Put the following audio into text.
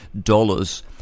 dollars